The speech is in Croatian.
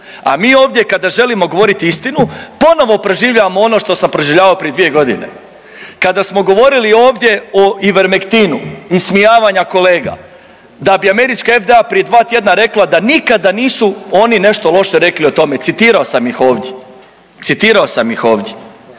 A mi ovdje kada želimo govoriti istinu ponovo proživljavamo ono što sam proživljavao prije dvije godine. Kada smo govorili ovdje o Ivermektinu ismijavanja kolega da bi američka FDA prije dva tjedna rekla da nikada nisu oni nešto loše rekli o tome. Citirao sam ih ovdje, citirao sam ih ovdje.